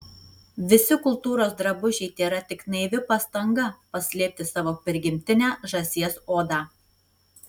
visi kultūros drabužiai tėra tik naivi pastanga paslėpti savo prigimtinę žąsies odą